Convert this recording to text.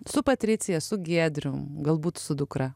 su patricija su giedrium galbūt su dukra